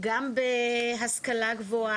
גם בהשכלה גבוהה.